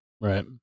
Right